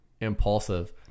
Impulsive